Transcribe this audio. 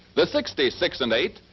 the sixty six and eight,